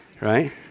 Right